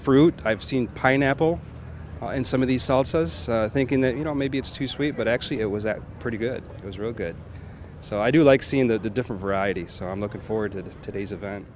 fruit i've seen pineapple and some of these salt thinking that you know maybe it's too sweet but actually it was a pretty good it was really good so i do like seeing that the different varieties so i'm looking forward to today's event